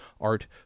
art